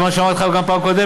זה מה שאמרתי לך גם בפעם הקודמת.